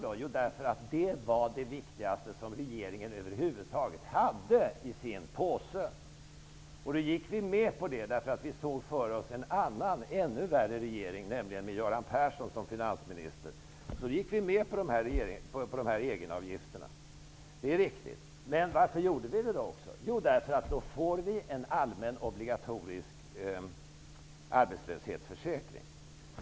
Det var en av de viktigaste frågorna regeringen över huvud taget hade i sin påse. Vi gick med på det eftersom vi såg framför oss en annan, ännu värre regering med Göran Persson som finansminister. Då gick vi med på egenavgifterna. Det är riktigt. Men varför gjorde vi det? Jo, då blir det en allmän obligatorisk arbetslöshetsförsäkring.